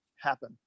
happen